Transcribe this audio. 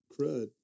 crud